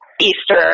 Easter